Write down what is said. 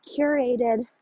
curated